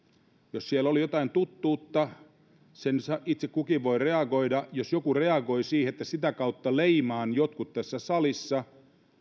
jos siellä oli jotain tuttuutta itse kukin voi reagoida jos joku reagoi siihen että sitä kautta leimaan jotkut tässä salissa niin